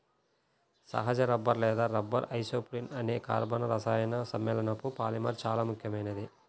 సహజ రబ్బరు లేదా rubber isoprene అనే కర్బన రసాయన సమ్మేళనపు పాలిమర్ చాలా ముఖ్యమైనది